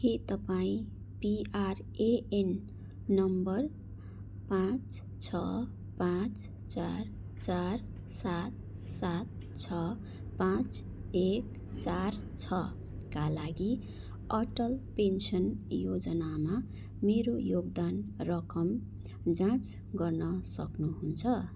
के तपाईँँ PRAN number पाँच छ पाँच चार चार सात सात छ पाँच एक चार छका लागि अटल पेन्सन योजनामा मेरो योगदान रकम जाँच गर्न सक्नुहुन्छ